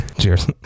Cheers